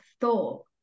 thought